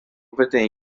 peteĩ